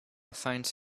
finds